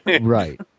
Right